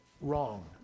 wrong